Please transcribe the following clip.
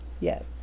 yes